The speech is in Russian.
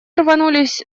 рванулись